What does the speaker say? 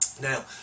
Now